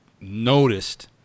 noticed